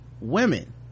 women